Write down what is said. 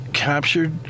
captured